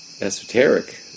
esoteric